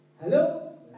Hello